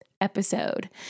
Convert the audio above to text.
episode